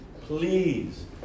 please